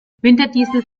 winterdiesel